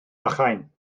bychain